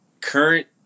current